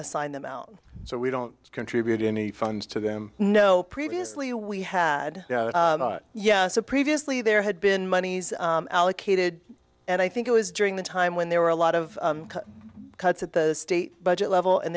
assign them out so we don't contribute any funds to them no previously we had yeah so previously there had been monies allocated and i think it was during the time when there were a lot of cuts at the state budget level and